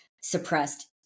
suppressed